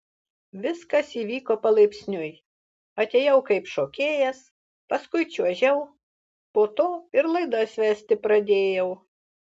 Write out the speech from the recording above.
viskas įvyko palaipsniui atėjau kaip šokėjas paskui čiuožiau po to ir laidas vesti pradėjau